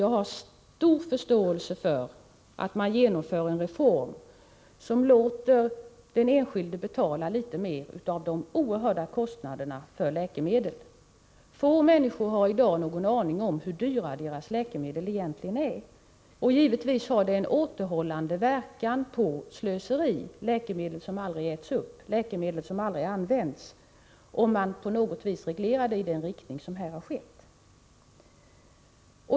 Jag har stor förståelse för att man genomför en reform som innebär att man låter den enskilde betala litet mer av de oerhörda kostnaderna för läkemedel. Få människor har i dag någon aning om hur dyra deras läkemedel egentligen är. Givetvis har det en återhållande verkan på slöseriet med läkemedel som aldrig används, om man på något sätt reglerar i den riktning som här har skett.